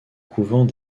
couvents